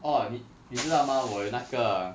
orh 你你知道吗我有那个